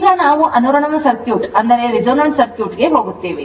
ಈಗ ನಾವು ಅನುರಣನ ಸರ್ಕ್ಯೂಟ್ಗೆ ಹೋಗುತ್ತೇವೆ